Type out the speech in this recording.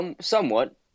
somewhat